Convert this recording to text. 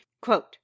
quote